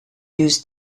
used